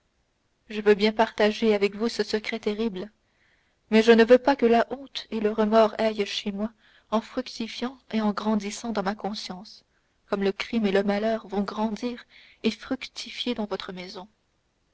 je veux bien partager avec vous ce secret terrible mais je ne veux pas que la honte et le remords aillent chez moi en fructifiant et en grandissant dans ma conscience comme le crime et le malheur vont grandir et fructifier dans votre maison